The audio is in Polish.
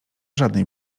żadnej